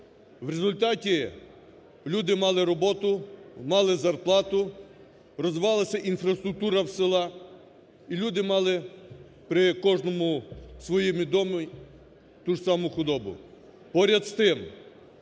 В результаті люди мали роботу, мали зарплату, розвивалася інфраструктура села, і люди мали при кожному своєму домі ту ж саму худобу. Поряд з тим,